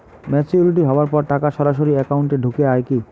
Maturity হওয়ার পর টাকা সরাসরি একাউন্ট এ ঢুকে য়ায় কি?